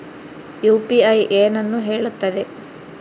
UPI ಏನನ್ನು ಹೇಳುತ್ತದೆ?